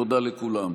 תודה לכולם.